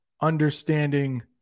understanding